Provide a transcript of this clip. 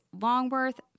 Longworth